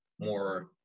more